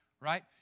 right